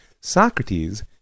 Socrates